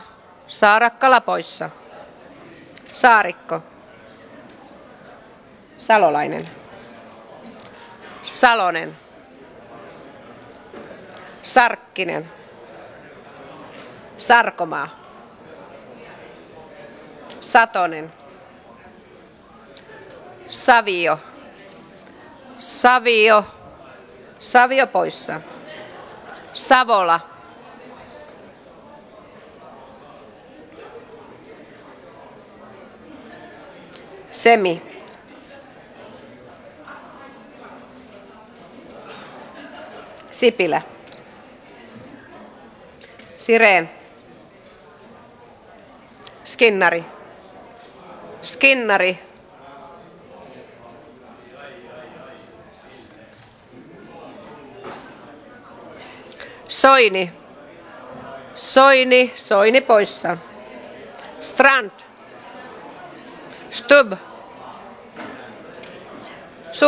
nu följer val av andre vice talman